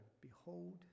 Behold